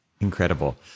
Incredible